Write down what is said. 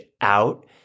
out